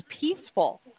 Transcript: peaceful